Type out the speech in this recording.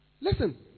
Listen